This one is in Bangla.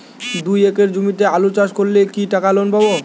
দুই একর জমিতে আলু চাষ করলে কি টাকা লোন পাবো?